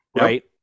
Right